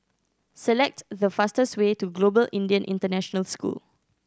select the fastest way to Global Indian International School